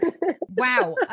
Wow